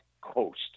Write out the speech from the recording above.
Coast